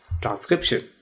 transcription